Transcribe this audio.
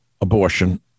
abortion